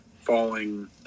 falling